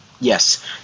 Yes